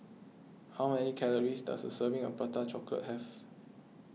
how many calories does a serving of Prata Chocolate have